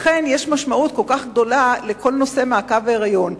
לכן יש משמעות כל כך גדולה לכל נושא מעקב ההיריון.